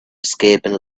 escaping